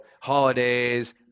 holidays